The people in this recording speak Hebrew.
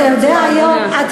אתה יודע היום,